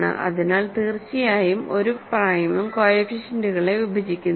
അതിനാൽ തീർച്ചയായും ഒരു പ്രൈമും കോഎഫിഷ്യന്റ്കളെ വിഭജിക്കുന്നില്ല